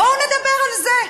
בואו נדבר על זה.